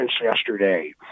yesterday